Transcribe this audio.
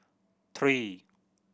three